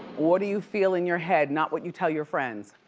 what do you feel in your head, not what you tell your friends?